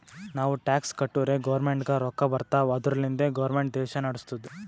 ನಾವು ಟ್ಯಾಕ್ಸ್ ಕಟ್ಟುರೇ ಗೌರ್ಮೆಂಟ್ಗ ರೊಕ್ಕಾ ಬರ್ತಾವ್ ಅದುರ್ಲಿಂದೆ ಗೌರ್ಮೆಂಟ್ ದೇಶಾ ನಡುಸ್ತುದ್